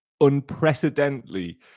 unprecedentedly